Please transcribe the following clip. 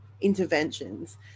interventions